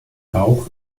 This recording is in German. bauch